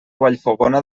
vallfogona